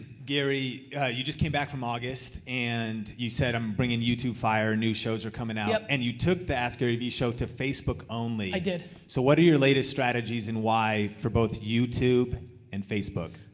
gary you just came back from august and you said i'm bringing you to fire, new shows are coming out. yep. and you took the askgaryvee show to facebook only. i did. so what are your latest strategies and why for both youtube and facebook?